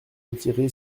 retiré